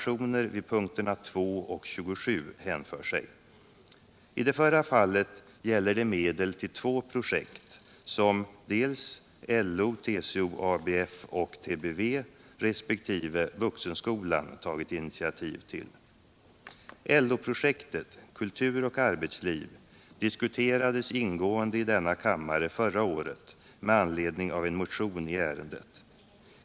I det förra fallet gäller det medel till två projekt som dels LO, TCO, ABF och TBY, dels Vuxenskolan tagit initiativ till. LO-projektet, Kultur och arbetsliv, diskuterades ingående i denna kammare förra året med anledning av en motion i ärendet.